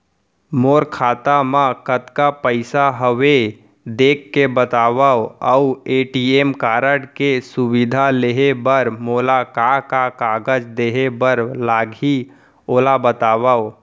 मोर खाता मा कतका पइसा हवये देख के बतावव अऊ ए.टी.एम कारड के सुविधा लेहे बर मोला का का कागज देहे बर लागही ओला बतावव?